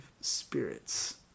spirits